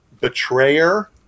betrayer